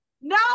No